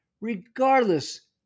regardless